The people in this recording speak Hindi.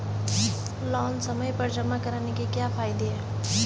लोंन समय पर जमा कराने के क्या फायदे हैं?